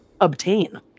obtain